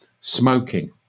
smoking